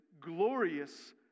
glorious